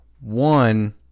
One